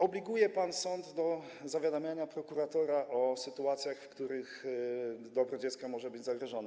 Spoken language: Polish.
Obliguje pan sąd do zawiadamiania prokuratora o sytuacjach, w których dobro dziecka może być zagrożone.